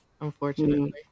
unfortunately